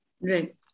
Right